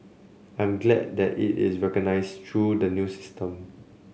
I'm glad that it is recognised through the new system